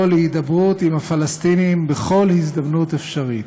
להידברות עם הפלסטינים בכל הזדמנות אפשרית.